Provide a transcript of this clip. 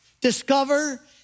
discover